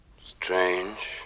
Strange